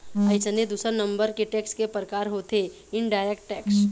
अइसने दूसर नंबर के टेक्स के परकार होथे इनडायरेक्ट टेक्स